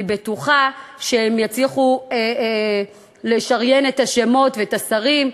אני בטוחה שהם יצליחו לשריין את השמות ואת השרים.